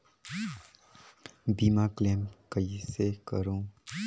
बीमा क्लेम कइसे करों?